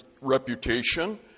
reputation